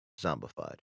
zombified